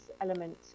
element